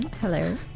Hello